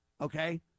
okay